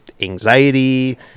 anxiety